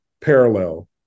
parallel